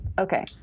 Okay